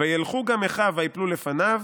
"'וילכו גם אחיו ויפלו לפניו':